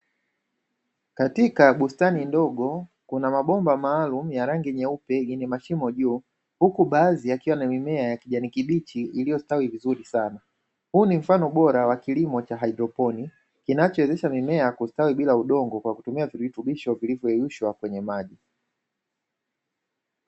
Katika bustani ndogo, kuna mabomba maalumu ya rangi nyeupe yenye mashimo juu, huku baadhi yakiwa na mimea ya kijani kibichi iliyostawi vizuri sana. Huu ni mfano bora wa kilimo cha haidroponi, kinachowezesha mimea kustawi bila udongo kwa kutumia virutubisho vilivyoyeyushwa kwenye maji.